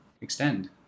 extend